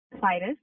virus